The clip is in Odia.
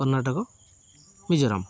କର୍ଣ୍ଣାଟକ ମିଜୋରାମ